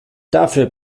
dafür